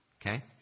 Okay